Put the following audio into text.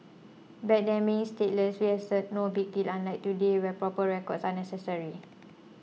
back then being stateless was no big deal unlike today where proper records are necessary